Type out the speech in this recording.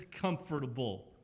comfortable